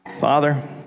Father